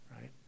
Right